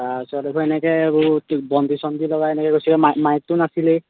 তাৰ পাছত এইবোৰ এনেকৈ এইবোৰ বন্তি ছন্তি জ্বলাই এনেকৈ মাইকটো নাছিলেই